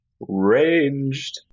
Ranged